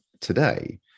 today